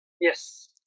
Yes